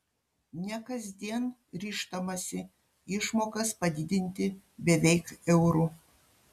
ne kasdien ryžtamasi išmokas padidinti beveik euru